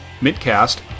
midcast